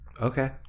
Okay